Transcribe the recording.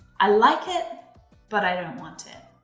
i like it but i don't want it.